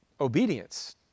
obedience